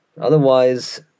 Otherwise